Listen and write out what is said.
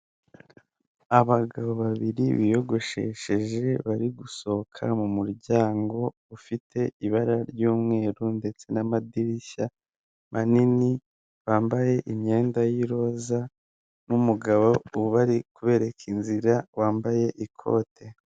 Abagabo babiri biyogoshesheje bari gusohoka mu muryango ufite ibara ry'umweru ndetse n'amadirishya manini bambaye imyenda y'iroza n'umugabo ubari kubereka inzira wambaye ikote.